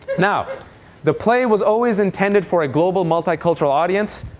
now the play was always intended for a global multi-cultural audience.